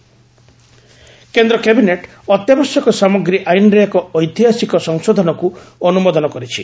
cabinet କେନ୍ଦ୍ର cabinet ଅତ୍ୟାବଶ୍ୟକ ସାମଗ୍ରୀ ଆଇନ୍ରେ ଏକ ଐତିହାସିକ ସଂଶୋଧନକୁ ଅନୁମୋଦନ କରିଛି